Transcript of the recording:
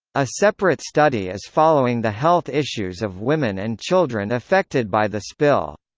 a separate study is following the health issues of women and children affected by the spill.